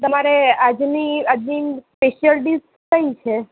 તમારે આજની આજની સ્પેસિયલ ડીસ કઈ છે